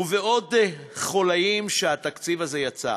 ובעוד חוליים שהתקציב הזה ייצר.